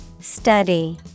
Study